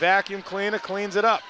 vacuum cleaner cleans it up